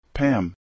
Pam